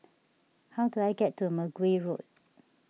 how do I get to Mergui Road